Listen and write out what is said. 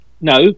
No